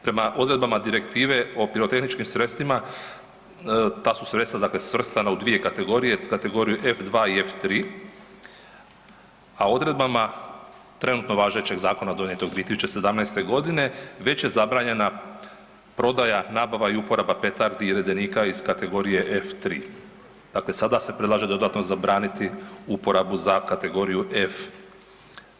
Prema odredbama Direktive o pirotehničkim sredstvima, ta su sredstva, dakle svrstana u 2 kategorije, kategoriju F2 i F3, a odredbama trenutno važećeg zakona donijetog 2017.g. već je zabranjena prodaja, nabava i uporaba petardi i redenika iz kategorije F3, dakle sada se predlaže dodatno zabraniti uporabu za kategoriju F2.